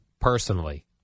personally